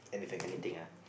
anything ah